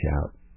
out